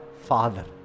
father